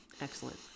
Excellent